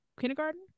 kindergarten